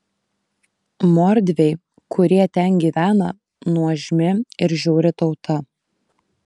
mordviai kurie ten gyvena nuožmi ir žiauri tauta